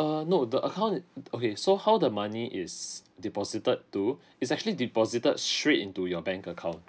err no the account okay so how the money is deposited to it's actually deposited straight into your bank account